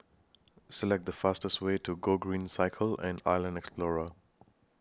Select The fastest Way to Gogreen Cycle and Island Explorer